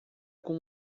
com